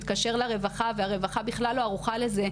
מתקשר לרווחה והרווחה בכלל לא ערוכה לזה,